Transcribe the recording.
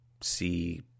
see